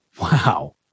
wow